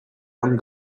young